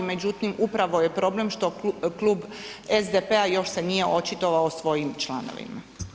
Međutim, upravo je problem što klub SDP-a još se nije očitovao o svojim članovima.